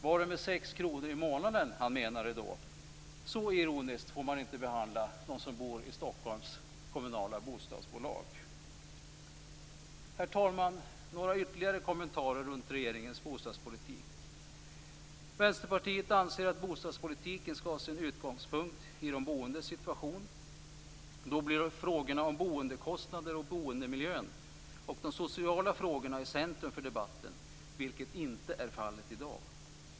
Var det med 6 kr i månaden han menade då? Så ironiskt får man inte behandla dem som bor i Herr talman! Jag har några ytterligare kommentarer runt regeringens bostadspolitik. Vänsterpartiet anser att bostadspolitiken skall ha sin utgångspunkt i de boendes situation. Då kommer frågorna om boendekostnader och boendemiljön och de sociala frågorna i centrum för debatten, vilket inte är fallet i dag.